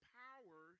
power